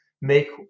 make